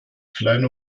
kleine